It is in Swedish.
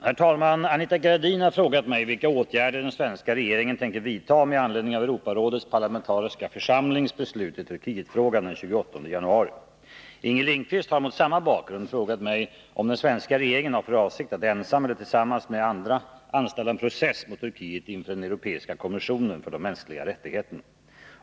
Herr talman! Anita Gradin har frågat mig vilka åtgärder den svenska regeringen tänker vidta med anledning av Europarådets parlamentariska församlings beslut i Turkietfrågan den 28 januari. Inger Lindquist har mot samma bakgrund frågat mig om den svenska regeringen har för avsikt att ensam eller tillsammans med andra anställa en process mot Turkiet inför den europeiska kommissionen för de mänskliga rättigheterna.